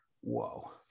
whoa